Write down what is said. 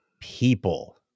people